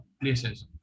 places